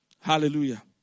Hallelujah